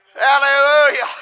Hallelujah